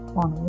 on